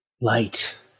light